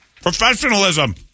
Professionalism